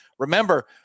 Remember